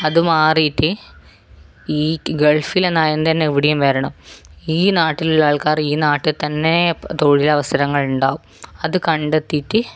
അത് മാറിയിട്ട് ഈ ഗൾഫിലെ നയം തന്നെ ഇവിടെയും വരണം ഈ നാട്ടിലുള്ള ആൾക്കാർ ഈ നാട്ടിൽ തന്നെ തൊഴിലവസരങ്ങൾ ഉണ്ടാവും അത് കണ്ടെത്തിയിട്ട്